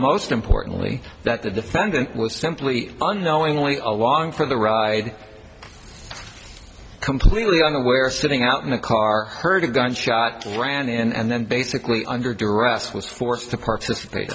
most importantly that the defendant was simply unknowingly along for the ride completely unaware sitting out in a car heard a gunshot ran in and then basically under duress was forced to participate